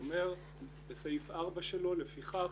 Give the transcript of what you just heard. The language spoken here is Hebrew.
שאומר בסעיף 4 שלו: "לפיכך,